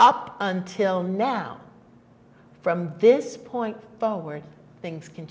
up until now from this point